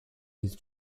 his